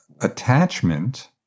attachment